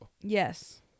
yes